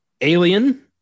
Alien